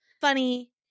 funny